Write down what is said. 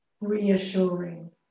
Reassuring